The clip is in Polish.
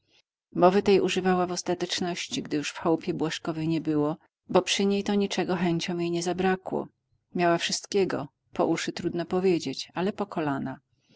mowy tej używała w ostateczności gdy już w chałupie błażkowej nie było bo przy niej to niczego chęciom jej nie zbrakło miała wszystkiego po uszy trudno powiedzieć ale po kolana